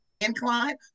incline